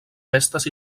festes